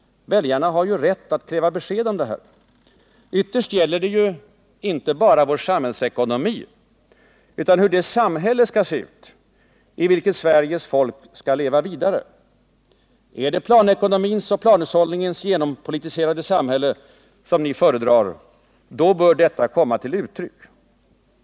Väljarna har rätt att kräva besked härom. Ytterst gäller det ju inte bara vår samhällsekonomi, utan hur det samhälle skall se ut, i vilket Sveriges folk skall leva vidare. Är det planekonomins och planhushållningens genompolitiserade samhälle som ni föredrar, då bör detta komma till uttryck.